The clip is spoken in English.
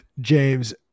James